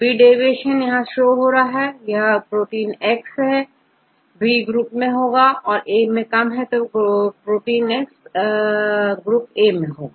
B deviation show कर रहा है तो प्रोटीन X बी ग्रुप में होगा और यदि A कम है तो प्रोटीनX ग्रुप ए में होगा